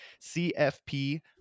cfp